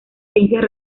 ciencias